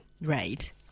Right